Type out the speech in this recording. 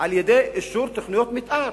על-ידי אישור תוכניות מיתאר